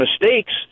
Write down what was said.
mistakes